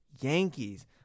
Yankees